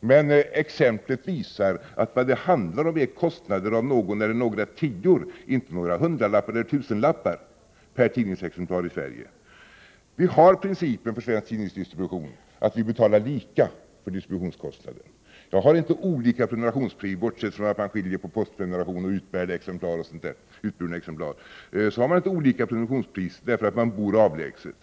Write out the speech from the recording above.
Men exemplet visar att vad det handlar om i kostnader är några tior, inte om några hundralappar eller tusenlappar per tidningsexemplar i Sverige. Vi har principen beträffande tidningsdistribution att vi betalar lika för distributionskostnader. Vi har inte olika prenumerationspriser bortsett från att man skiljer på postprenumeration och utburna exemplar. Man har inte olika prenumerationspriser därför att man bor avlägset.